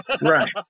Right